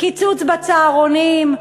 קיצוץ בצהרונים,